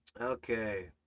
Okay